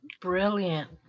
brilliant